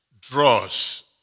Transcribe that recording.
draws